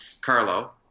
Carlo